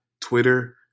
Twitter